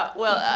but well,